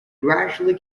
gradually